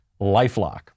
LifeLock